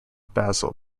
basil